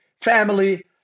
family